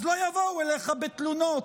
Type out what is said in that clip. אז לא יבואו אליך בתלונות.